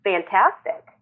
Fantastic